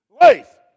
life